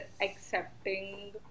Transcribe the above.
accepting